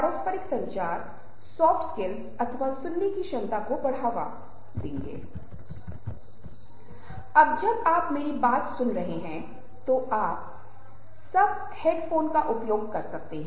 हम सभी समझते हैं कि ऐसे लोग हैं जो लोगों को प्रेरित करते हैं जो अपने अनुयायियों को इस तरह से प्रेरित करते हैं कि वे अपने जीवन का बलिदान करने के लिए तैयार हो जाते हैं